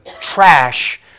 trash